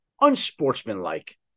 unsportsmanlike